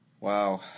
Wow